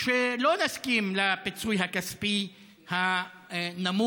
לא נסכים לפיצוי הכספי הנמוך,